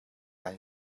kai